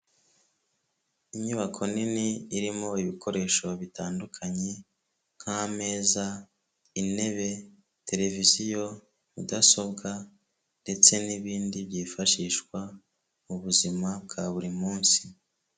Inyubako nini irimo ibikoresho bitandukanye nk'ameza, intebe, tereviziyo, mudasobwa ndetse n'ibindi byifashishwa mu buzima bwa buri munsi.